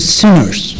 sinners